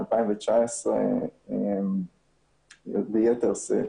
מ-2019 ביתר שאת,